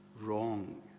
wrong